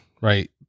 right